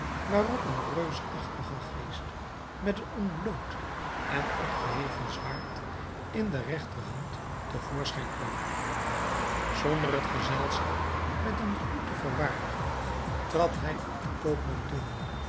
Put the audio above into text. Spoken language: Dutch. waarop een reusachtige geest met een ontbloot en opgeheven zwaard in de regterhand te voorschijn kwam zonder het gezelschap met een groet te verwaardigen trad hij op den koopman toe